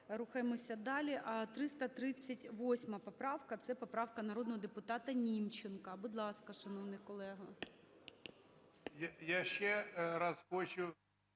Рухаємося далі. 338 поправка - це поправка народного депутата Німченка. Будь ласка, шановний колего.